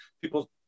people